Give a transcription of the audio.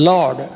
Lord